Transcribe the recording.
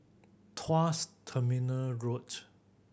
Tuas Terminal Road